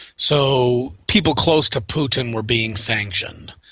so people close to putin were being sanctioned.